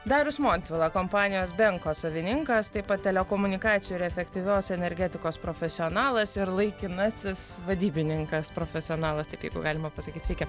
darius montvila kompanijos benko savininkas taip pat telekomunikacijų ir efektyvios energetikos profesionalas ir laikinasis vadybininkas profesionalas taip jeigu galima pasakyt sveiki